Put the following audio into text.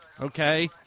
Okay